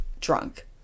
drunk